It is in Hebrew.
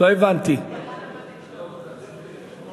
הגנה לעובדת העוברת טיפולי פוריות),